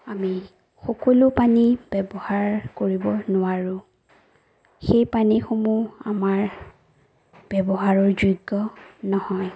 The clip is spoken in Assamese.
আমি সকলো পানী ব্যৱহাৰ কৰিব নোৱাৰোঁ সেই পানীসমূহ আমাৰ ব্যৱহাৰৰ যোগ্য নহয়